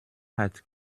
hat